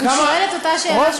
הוא שואל את אותה שאלה שהוא שאל אותך.